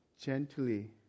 gently